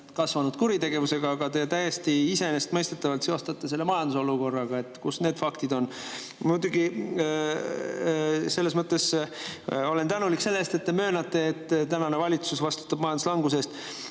kasvanud kuritegevusega, aga te täiesti iseenesestmõistetavalt seostate selle majandusolukorraga. Kus need faktid on? Muidugi olen tänulik selle eest, et te möönate, et tänane valitsus vastutab majanduslanguse